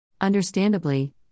Understandably